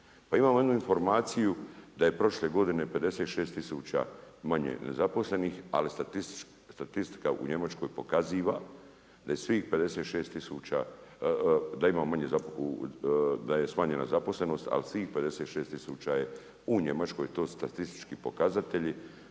Pa imamo jednu informaciju da je prošle godine 56 tisuća manje nezaposlenih, ali statistika u Njemačkoj pokaziva da je svih 56 tisuća, da je smanjena zaposlenost ali svih 56 tisuća je u Njemačkoj, to su statistički pokazatelji.